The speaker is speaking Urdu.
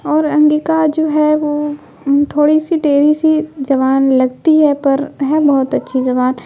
اور انگیکا جو ہے وہ تھوڑی سی ٹیرھی سی زبان لگتی ہے پر ہے بہت اچھی زبان